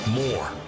more